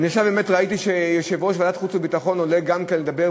אני באמת ראיתי עכשיו שיושב-ראש ועדת החוץ והביטחון עולה גם כן לדבר,